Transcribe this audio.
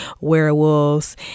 werewolves